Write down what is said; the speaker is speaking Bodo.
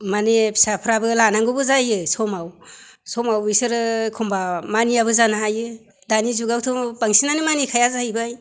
माने फिसाफोराबो लानांगौबो जायो समाव समाव बिसोरो एखनबा मानियाबो जानो हायो दानि जुगावथ' बांसिनानो मानिखाया जाहैबाय